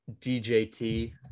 djt